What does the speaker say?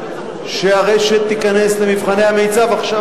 שהרשת תיכנס למבחני המיצ"ב עכשיו,